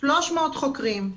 300 חוקרים.